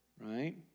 right